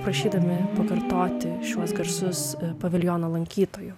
prašydami pakartoti šiuos garsus paviljono lankytojų